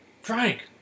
Frank